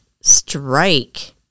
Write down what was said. strike